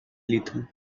lethal